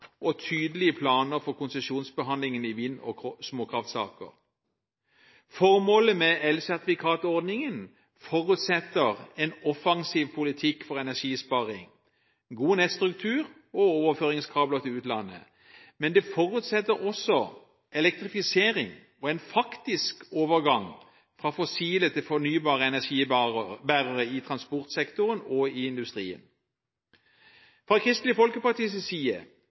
og tydelige planer for konsesjonsbehandlingen i vind- og småkraftsaker. Formålet med elsertifikatordningen forutsetter en offensiv politikk for energisparing, god nettstruktur og overføringskabler til utlandet. Men det forutsetter også elektrifisering og en faktisk overgang fra fossile til fornybare energibærere i transportsektoren og i industrien. Fra Kristelig Folkepartis side